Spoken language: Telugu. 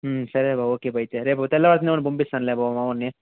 సరే ఓకే బావ అయితే రేపు తెల్లవారుతూనే పంపిస్తానులే బావ మా వాడిని